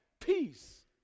Peace